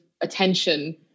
attention